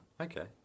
Okay